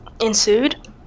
ensued